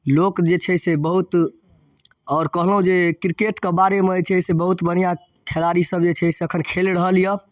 लोक जे छै से बहुत आओर कहलहुँ जे क्रिकेटके बारेमे जे छै से बहुत बढ़िआँ खिलाड़ीसभ जे छै से खेल रहल यए